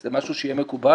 זה משהו שיהיה מקובל?